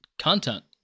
content